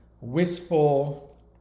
wistful